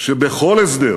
שבכל הסדר